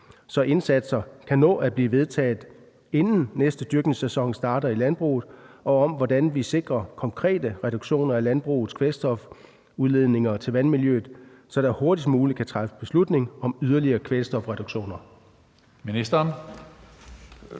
så indsatserne kan nå at blive vedtaget, inden næste dyrkningssæson starter i landbruget, og om, hvordan vi sikrer konkrete reduktioner af landbrugets kvælstofudledninger til vandmiljøet, så der hurtigst muligt kan træffes beslutning om yderligere kvælstofreduktioner?